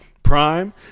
Prime